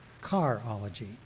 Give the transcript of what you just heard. car-ology